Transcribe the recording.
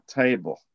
table